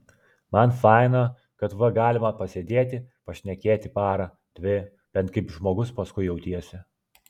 man faina kad va galima pasėdėti pašnekėti parą dvi bent kaip žmogus paskui jautiesi